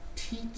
Teach